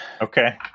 Okay